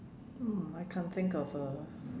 um I can't think of a